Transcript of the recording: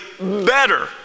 better